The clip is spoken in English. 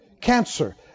cancer